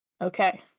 Okay